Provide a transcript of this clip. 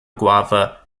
guava